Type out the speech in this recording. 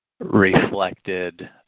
Reflected